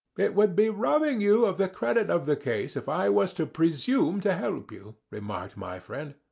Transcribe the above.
it would be robbing you of the credit of the case if i was to presume to help you, remarked my friend.